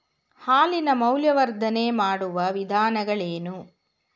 ಹಾಲಿನ ಮೌಲ್ಯವರ್ಧನೆ ಮಾಡುವ ವಿಧಾನಗಳೇನು?